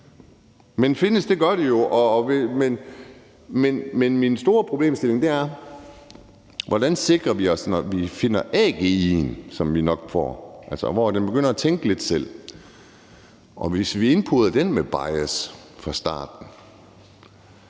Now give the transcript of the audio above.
mere om det. Det findes jo, men den store problemstilling for mig er, hvordan vi sikrer os, når man finder frem til AGI'en, som vi nok får, altså hvor den begynder at tænke lidt selv. Hvis vi indkoder den med bias fra starten,